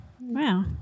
Wow